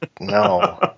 No